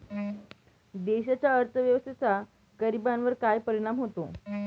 देशाच्या अर्थव्यवस्थेचा गरीबांवर काय परिणाम होतो